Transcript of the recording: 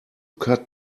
cut